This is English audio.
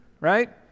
right